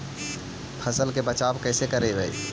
फसल के बचाब कैसे करबय?